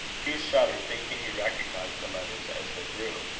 hugh shuddered, thinking he recognised the letters as they grew.